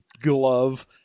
glove